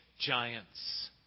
giants